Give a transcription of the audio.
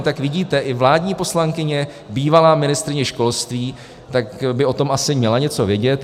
Tak vidíte, i vládní poslankyně, bývalá ministryně školství, tak by o tom asi měla něco vědět.